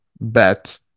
bet